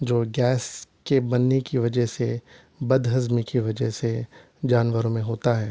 جو گیس کے بننے کی وجہ سے بد ہضمی کی وجہ سے جانور میں ہوتا ہے